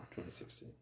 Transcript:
2016